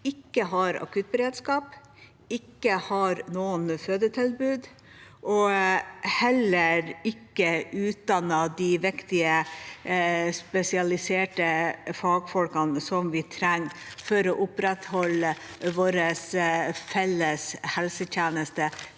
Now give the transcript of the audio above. ikke har akuttberedskap, ikke har noe fødetilbud, og heller ikke utdanner de viktige, spesialiserte fagfolkene som vi trenger for å opprettholde vår felles helsetjeneste